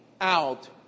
out